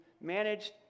managed